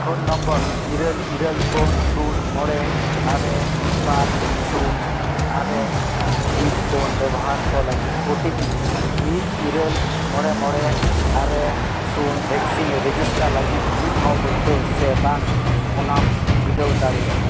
phone number ᱤᱨᱟᱹᱞ ᱤᱨᱟᱹᱞ ᱯᱩᱱ ᱥᱩᱱ ᱢᱚᱬᱮ ᱟᱨᱮ ᱵᱟᱨ ᱥᱩᱱ ᱟᱨᱮ ᱢᱤᱫ ᱯᱩᱱ ᱵᱮᱵᱚᱦᱟᱨ ᱠᱚ ᱞᱟᱹᱜᱤᱫ ᱳᱴᱤᱯᱤ ᱢᱤᱫ ᱤᱨᱟᱹᱞ ᱢᱚᱬᱮ ᱢᱚᱬᱮ ᱟᱨᱮ ᱥᱩᱱ ᱵᱷᱮᱠᱥᱤᱱ ᱨᱮᱡᱤᱥᱴᱟᱨ ᱞᱟᱹᱜᱤᱫ ᱱᱤᱛ ᱦᱚᱸ ᱵᱚᱫᱽᱫᱚ ᱥᱮ ᱵᱟᱝ ᱚᱱᱟᱢ ᱵᱤᱰᱟᱹᱣ ᱫᱟᱲᱮᱭᱟᱜᱼᱟ